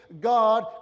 God